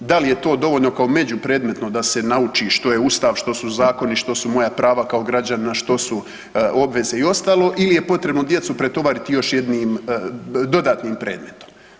Da li je to dovoljno kao među predmetno da se nauči što je Ustav, što su zakoni, što su moja prava kao građanina, što su obveze i ostalo ili je potrebno djecu pretovariti još jednim dodatnim predmetom.